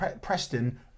Preston